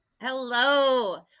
Hello